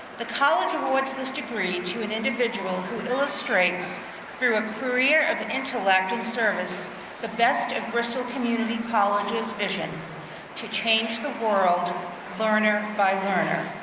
the college awards this degree to an individual who illustrates through a career of an intellect and service the best at bristol community college's vision to change the world learner by learner.